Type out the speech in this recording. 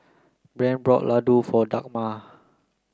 Brant bought Ladoo for Dagmar